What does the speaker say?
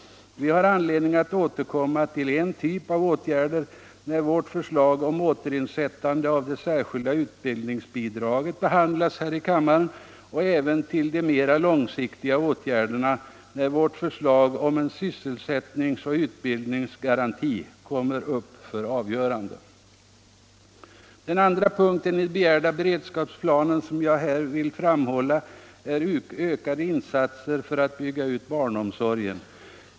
Vi får anledning att återkomma till en typ av åtgärder när vårt förslag om återinsättande av det särskilda utbildningsbidraget behandlas här i kammaren och även till de mera långsiktiga åtgärderna när vårt förslag om en sysselsättningsoch utbildningsgaranti kommer upp för avgörande. Den andra punkten i den begärda beredskapsplanen som jag vill framhålla är ökade insatser för att bygga ut barnomsorgen.